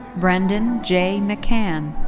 brendan j mccann.